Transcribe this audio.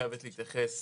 חייבת להתייחס